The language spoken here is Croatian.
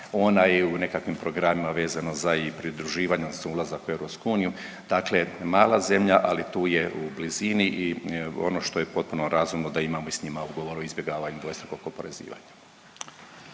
Ona je u nekakvim programima vezano za i pridruživanje odnosno ulazak u Europsku uniju. Dakle, mala zemlja ali tu je u blizini i ono što je potpuno razumno da imamo i s njima ugovor o izbjegavanju dvostrukog oporezivanja.